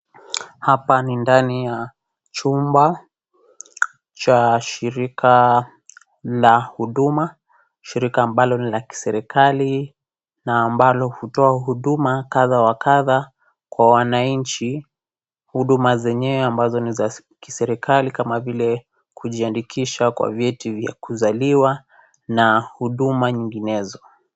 Hapa ni ndani ya chumba cha shirika la huduma, shirika ambalo ni la kiserikali, na ambalo hutia huduma kadha wa kadha kwa wananchi. Huduma zenyewe ambazo ni za ni kiserikali kama vile kujiandikisha kwa vieti ya kuzaliwa na huduma nyinginezo.